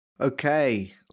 Okay